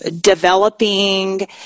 developing